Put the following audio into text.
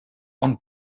ond